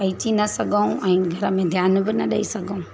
अची न सघूं ऐं घर में ध्यान बि न ॾेई सघूं